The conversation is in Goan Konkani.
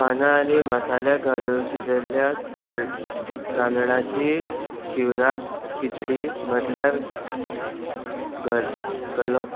पानां आनी मसाले घालून शिजयल्ल्या तां तांदळांची शिवराक किचडी म्हटल्यार गल गलो